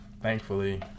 thankfully